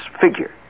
figure